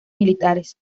militares